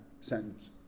sentence